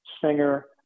Singer